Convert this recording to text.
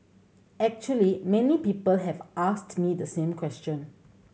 actually many people have asked me the same question